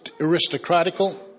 aristocratical